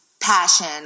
passion